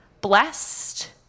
blessed